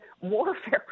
warfare